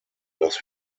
dass